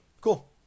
Cool